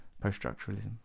post-structuralism